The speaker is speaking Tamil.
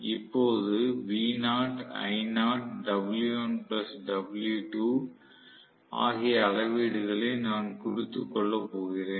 இப்போது V0 I0 W1 W2 ஆகிய அளவீடுகளை நான் குறித்துக் கொள்ள போகிறேன்